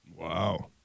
Wow